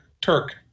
Turk